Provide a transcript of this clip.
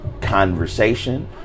conversation